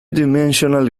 dimensional